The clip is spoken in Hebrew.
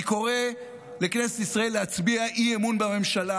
אני קורא לכנסת ישראל להצביע אי-אמון בממשלה